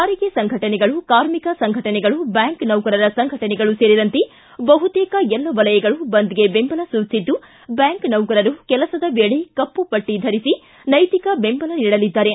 ಸಾರಿಗೆ ಸಂಘಟನೆಗಳು ಕಾರ್ಮಿಕ ಸಂಘಟನೆಗಳು ಬ್ಯಾಂಕ್ ನೌಕರರ ಸಂಘಟನೆಗಳು ಸೇರಿದಂತೆ ಬಹುತೇಕ ಎಲ್ಲ ವಲಯಗಳು ಬಂದ್ಗೆ ಬೆಂಬಲ ಸೂಚಿಸಿದ್ದು ಬ್ಹಾಂಕ್ ನೌಕರರು ಕೆಲಸದ ವೇಳೆ ಕಪ್ಪು ಪಟ್ಟಿ ಧರಿಸಿ ನೈತಿಕ ಬೆಂಬಲ ನೀಡಲಿದ್ದಾರೆ